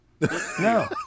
no